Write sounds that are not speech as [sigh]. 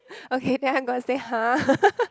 [breath] okay then I gonna say !huh! [laughs]